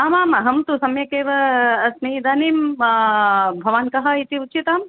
आमाम् अहं तु सम्यक् एव अस्मि इदानीं भवान् कः इति उच्यतां